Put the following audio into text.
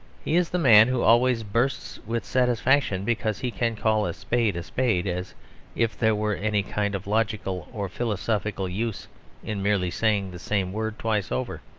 he is the man who always bursts with satisfaction because he can call a spade a spade, as if there were any kind of logical or philosophical use in merely saying the same word twice over.